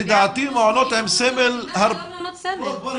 לדעתי מעונות עם סמל לא התקינו.